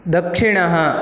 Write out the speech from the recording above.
दक्षिणः